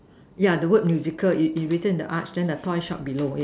yeah the word musical it it written in the edge and the toy shop below it